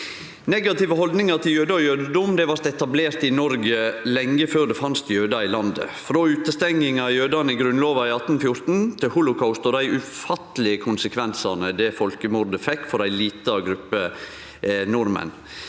Negative haldningar til jødar og jødedom var etablert i Noreg lenge før det fanst jødar i landet. Frå utestenginga av jødane i Grunnlova av 1814 til holocaust og dei ufattelege konsekvensane folkemordet fekk for ei lita gruppe nordmenn,